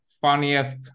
funniest